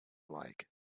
like